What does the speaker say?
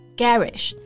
garish